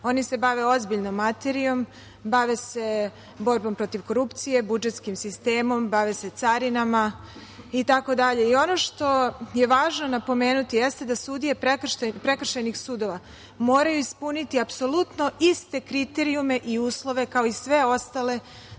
Oni se bave ozbiljnom materijom, bave se borbom protiv korupcije, budžetskim sistemom, bave se carinama itd. Ono što je važno napomenuti jeste da sudije prekršajnih sudova moraju ispuniti apsolutno iste kriterijume i uslove kao i sve ostale